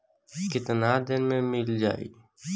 कितना दिन में मील जाई?